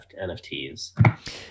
nfts